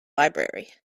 library